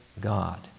God